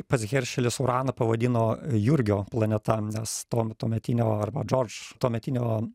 pats heršelis uraną pavadino jurgio planeta nes tuom tuometinio arba džordž tuometinio